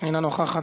אינה נוכחת.